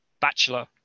bachelor